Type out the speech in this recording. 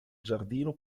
giardino